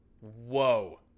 Whoa